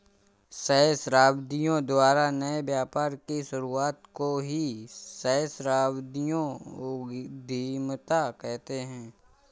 सहस्राब्दियों द्वारा नए व्यापार की शुरुआत को ही सहस्राब्दियों उधीमता कहते हैं